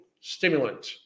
stimulant